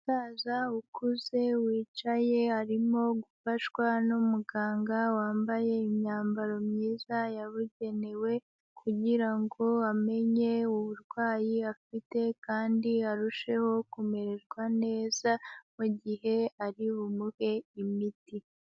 Umusaza ukuze wicaye arimo gufashwa n'umuganga wambaye imyambaro myiza yabugenewe kugira ngo amenye uburwayi afite kandi arusheho kumererwa neza mu gihe ari bumuhe imiti.